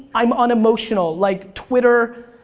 i'm unemotional, like twitter,